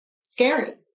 scary